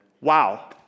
Wow